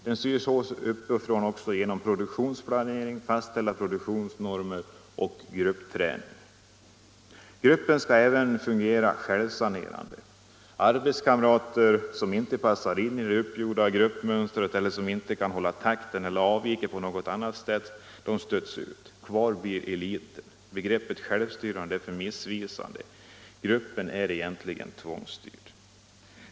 Den styrs hårt uppifrån genom produktionsplanering, fastställda produktionsnormer och gruppträning. Gruppen skall även fungera ”självsanerande”. Arbetskamrater som inte passar in i det uppgjorda gruppmönstret eller som inte kan hålla takten eller avviker på något annat sätt stöts ut. Kvar blir eliten. Begreppet självstyrande är därför missvisande. Grupperna är egentligen tvångsstyrda.